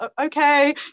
okay